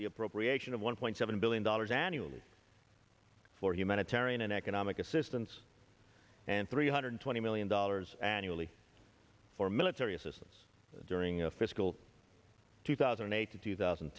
the appropriation of one point seven billion dollars annually for humanitarian and economic assistance and three hundred twenty million dollars annually for military assistance during a fiscal two thousand and eight to two thousand